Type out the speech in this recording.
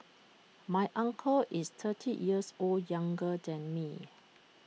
my uncle is thirty years or younger than me